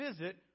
visit